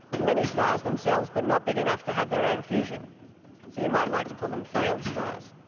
mini stars themselves but not big enough to have their own fusion. so you might like to call them failed stars.